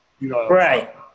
Right